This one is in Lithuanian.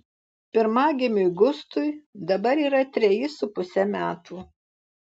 pirmagimiui gustui dabar yra treji su puse metų